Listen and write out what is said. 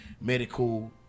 medical